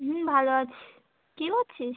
হুম ভালো আছি কী করছিস